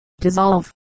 dissolve